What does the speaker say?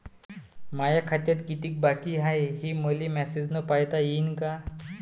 माया खात्यात कितीक बाकी हाय, हे मले मेसेजन पायता येईन का?